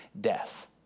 death